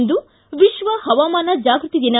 ಇಂದು ವಿಶ್ವ ಹವಾಮಾನ ಜಾಗೃತಿ ದಿನ